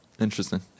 Interesting